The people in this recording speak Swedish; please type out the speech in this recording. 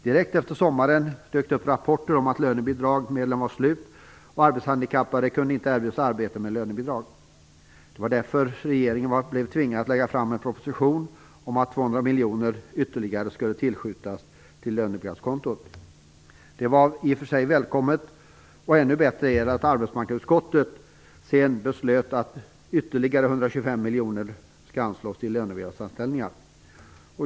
Direkt efter sommaren dök det upp rapporter om att lönebidragsmedlen var slut. Arbetshandikappade kunde inte erbjudas arbete med lönebidrag. Det var därför som regeringen blev tvingad att lägga fram propositionen om att ytterligare 200 miljoner kronor skulle tillskjutas till lönebidragskontot. Det var i och för sig välkommet, och ännu bättre var det att arbetsmarknadsutskottet sedan beslutade att ytterligare 125 miljoner kronor skulle anslås till lönebidragsanställningar.